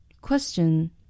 Question